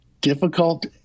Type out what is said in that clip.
difficult